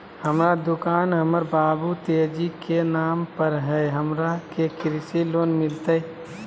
हमर दुकान हमर बाबु तेजी के नाम पर हई, हमरा के कृषि लोन मिलतई?